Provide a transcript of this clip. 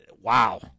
Wow